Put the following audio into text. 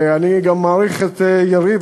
אני גם מעריך את יריב,